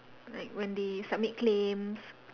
like when they submit claims